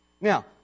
Now